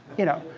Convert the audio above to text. you know,